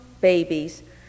babies